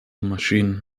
machine